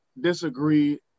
disagree